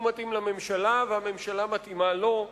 הוא מתאים לממשלה, והממשלה מתאימה לו,